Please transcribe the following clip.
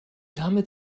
damit